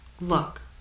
Look